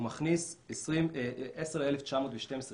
הוא מכניס 10,912 ש"ח,